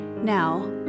Now